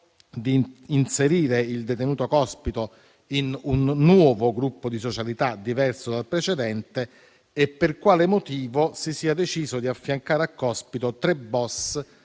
di inserire il detenuto Cospito in un nuovo gruppo di socialità, diverso dal precedente, e per quali motivi si sia deciso di affiancare a Cospito tre *boss*